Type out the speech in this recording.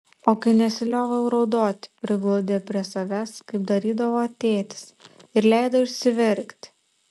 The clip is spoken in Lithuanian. o kai nesilioviau raudoti priglaudė prie savęs kaip darydavo tėtis ir leido išsiverkti